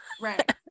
right